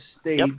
state